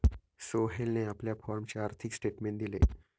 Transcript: सोहेलने आपल्या फॉर्मचे आर्थिक स्टेटमेंट दिले